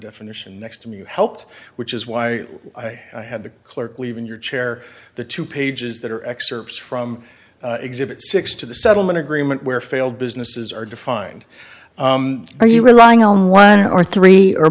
definition next to me helped which is why i had the clerk leave in your chair the two pages that are excerpts from exhibit six to the settlement agreement where failed businesses are defined are you relying on one or three